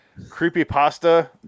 creepypasta